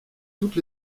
toutes